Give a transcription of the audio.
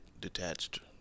detached